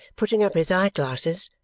putting up his eye-glasses,